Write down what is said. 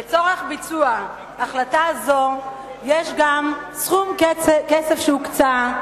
לצורך ביצוע החלטה זו יש גם סכום כסף, שהוקצה,